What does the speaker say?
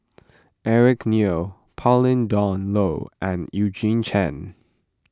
Eric Neo Pauline Dawn Loh and Eugene Chen